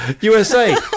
USA